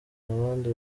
abandi